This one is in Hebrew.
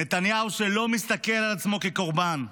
נתניהו שלא מסתכל על עצמו כקורבן,